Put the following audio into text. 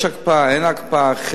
יש הקפאה, אין הקפאה, יש.